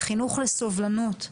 חינוך לסובלנות,